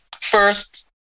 First